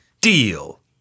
Deal